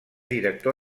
director